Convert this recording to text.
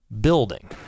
building